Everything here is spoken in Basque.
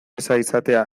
izatea